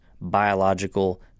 biological